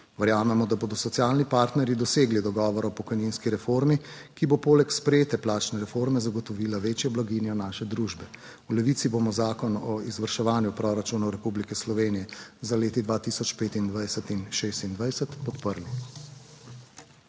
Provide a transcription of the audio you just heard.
Verjamemo, da bodo socialni partnerji dosegli dogovor o pokojninski reformi, ki bo poleg sprejete plačne reforme zagotovila večjo blaginjo naše družbe. V Levici bomo Zakon o izvrševanju proračunov Republike Slovenije za leti 2025 in 2026 podprli.